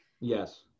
Yes